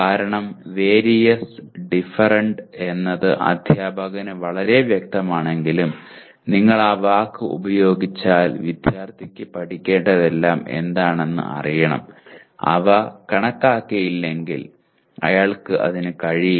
കാരണം various different എന്നത് അധ്യാപകന് വളരെ വ്യക്തമാണെങ്കിലും നിങ്ങൾ ആ വാക്ക് ഉപയോഗിച്ചാൽ വിദ്യാർത്ഥിക്ക് പഠിക്കേണ്ടതെല്ലാം എന്താണെന്ന് അറിയണം അവ കണക്കാക്കിയില്ലെങ്കിൽ അയാൾക്ക് അതിനു കഴിയില്ല